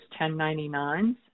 1099s